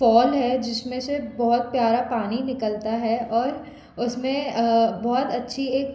fall है जिस में से बहुत प्यारा पानी निकलता है और उस में बहुत अच्छी एक